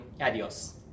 adios